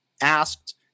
asked